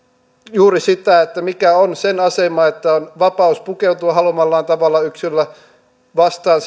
juuri sitä mikä on sen asema että yksilöllä on vapaus pukeutua haluamallaan tavalla vastaan